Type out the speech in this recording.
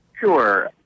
Sure